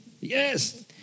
Yes